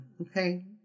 okay